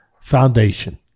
foundation